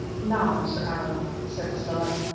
now, mr. allan, said stella,